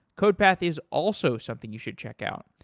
codepath is also something you should check out.